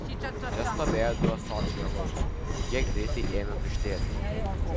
čia stovėjo du ąsočiai alaus ir jie greitai ėmė tuštėti